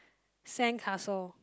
sand castle